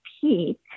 peak